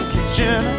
Kitchen